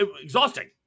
exhausting